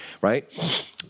right